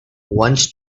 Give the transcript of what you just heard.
once